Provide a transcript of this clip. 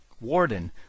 Warden